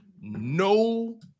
no